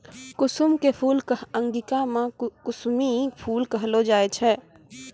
कुसुम के फूल कॅ अंगिका मॅ कुसमी फूल कहलो जाय छै